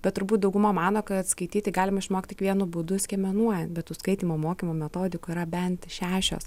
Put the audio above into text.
bet turbūt dauguma mano kad skaityti galima išmokt tik vienu būdu skiemenuojant bet tų skaitymo mokymo metodikų yra bent šešios